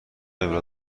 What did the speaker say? پیشنهاد